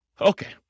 Okay